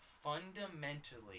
fundamentally